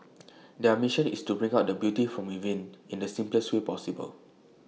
their mission is to bring out the beauty from within in the simplest way possible